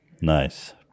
Nice